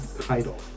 title